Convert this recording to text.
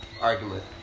argument